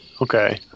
Okay